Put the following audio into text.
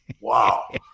wow